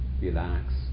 Relax